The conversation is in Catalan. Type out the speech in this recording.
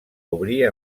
obrir